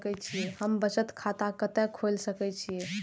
हम बचत खाता कते खोल सके छी?